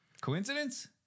Coincidence